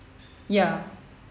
ya